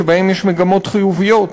שבהם יש מגמות חיוביות.